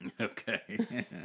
okay